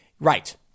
Right